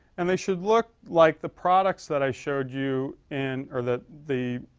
and they should look, like the products that i showed you, in or the, the,